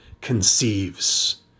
conceives